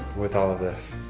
with all of this.